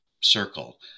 circle